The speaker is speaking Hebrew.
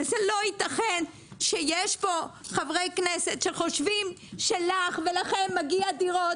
וזה לא יתכן שיש פה חברי כנסת שחושבים שלך ולכם מגיעות דירות,